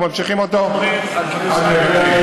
אנחנו ממשיכים אותו עד נבטים.